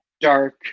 dark